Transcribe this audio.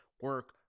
Work